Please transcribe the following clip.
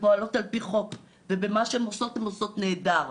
ופועלות על פי חוק ובמה שהן עושות הן עושות נהדר,